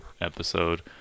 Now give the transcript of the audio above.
episode